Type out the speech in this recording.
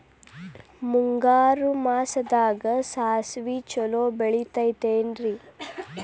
ಮುಂಗಾರು ಮಾಸದಾಗ ಸಾಸ್ವಿ ಛಲೋ ಬೆಳಿತೈತೇನ್ರಿ?